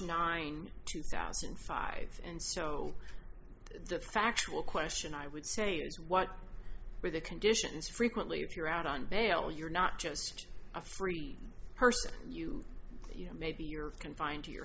nine two thousand and five and so the factual question i would say is what are the conditions frequently if you're out on bail you're not just a free person you you know maybe you're confined to your